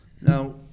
Now